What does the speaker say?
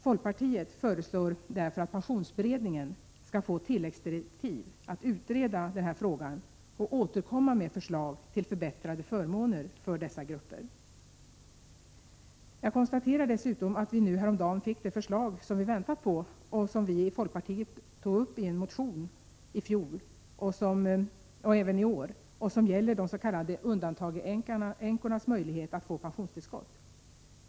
Folkpartiet föreslår därför att pensionsberedningen skall få tilläggsdirektiv att utreda den frågan och återkomma med förslag till förbättrade förmåner för dessa grupper. Jag konstaterar dessutom att vi häromdagen fick det förslag som vi väntat på, som vi i folkpartiet tog upp i en motion i fjol och även i år och som gäller des.k. undantagandeänkornas möjlighet att få pensionstillskott.